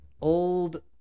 old